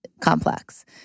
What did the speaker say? complex